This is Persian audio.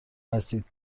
هستید